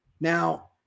Now